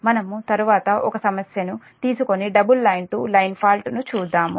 మనము తరువాత ఒక సమస్యను తీసుకొని double line to line fault ను చూద్దాము